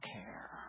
care